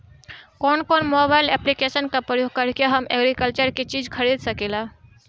कउन कउन mobile application का प्रयोग करके हम एग्रीकल्चर के चिज खरीद सकिला?